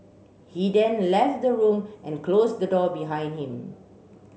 he then left the room and closed the door behind him